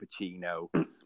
Pacino